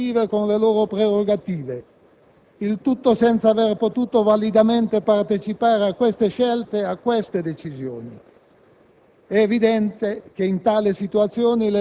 spesso in contrasto con le loro aspettative e con le loro prerogative; il tutto senza aver potuto validamente partecipare a queste scelte e a queste decisioni.